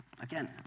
Again